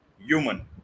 human